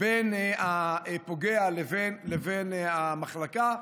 בין הפוגע לבין המחלקה.